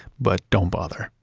but don't bother.